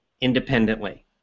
independently